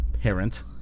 parent